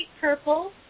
purple